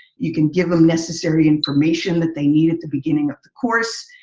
you can give them necessary information that they need at the beginning of the course.